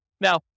Now